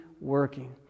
working